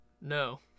No